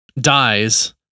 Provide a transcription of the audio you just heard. dies